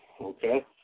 okay